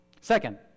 Second